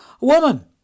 Woman